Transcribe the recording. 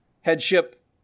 headship